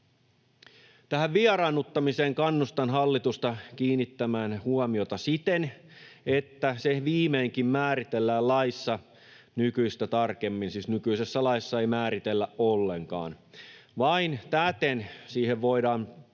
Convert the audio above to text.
Tähän vieraannuttamiseen kannustan hallitusta kiinnittämään huomiota siten, että se viimeinkin määritellään laissa nykyistä tarkemmin — siis nykyisessä laissa sitä ei määritellä ollenkaan. Vain täten siihen voidaan